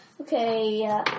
Okay